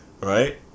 right